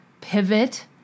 pivot